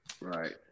Right